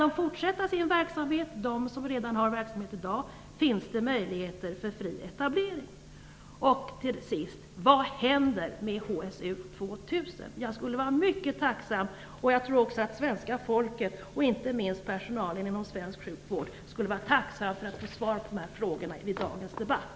Kan de som har verksamhet i dag fortsätta med den? Kommer det att finnas möjligheter för fri etablering? Till sist: Vad händer med HSU 2000? Jag och, tror jag, även svenska folket och inte minst personal inom svensk sjukvård skulle vara tacksamma för svar på dessa frågor i dagens debatt.